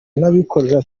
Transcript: n’abikorera